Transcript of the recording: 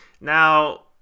Now